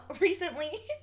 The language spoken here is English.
recently